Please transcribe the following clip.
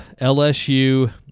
LSU